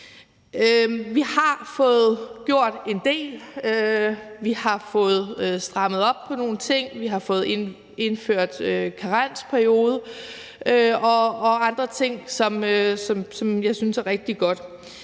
Vi har fået gjort en del. Vi har fået strammet op på nogle ting, og vi har fået indført en karensperiode og andre ting, som jeg synes er rigtig gode.